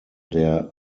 der